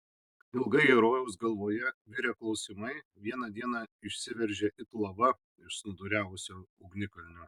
ilgai herojaus galvoje virę klausimai vieną dieną išsiveržė it lava iš snūduriavusio ugnikalnio